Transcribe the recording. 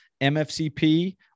MFCP